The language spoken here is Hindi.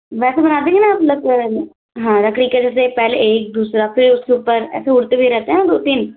वैसे बना देंगी में अब लग हाँ रखने के जैसे पहले एक दूसरा फिर उसके ऊपर ऐसे उड़ते हुए रहते हैं दो तीन